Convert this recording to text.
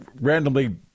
randomly